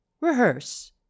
rehearse